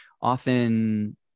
often